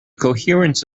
coherence